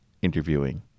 interviewing